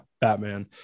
Batman